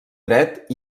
dret